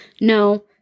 no